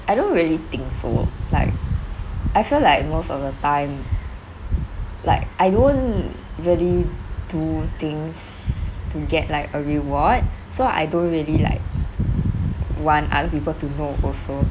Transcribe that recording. I don't really think so like I feel like most of the time like I don't really do things to get like a reward so I don't really like want other people to know also